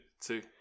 Two